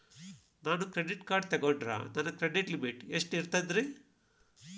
ನಾನು credit card ತೊಗೊಂಡ್ರ ನನ್ನ ಕ್ರೆಡಿಟ್ ಲಿಮಿಟ್ ಎಷ್ಟ ಇರ್ತದ್ರಿ?